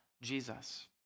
Jesus